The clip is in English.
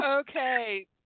Okay